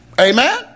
Amen